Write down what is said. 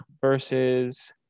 versus